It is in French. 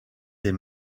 des